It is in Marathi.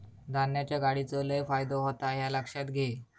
धान्याच्या गाडीचो लय फायदो होता ह्या लक्षात घे